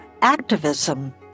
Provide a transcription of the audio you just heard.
activism